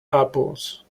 apples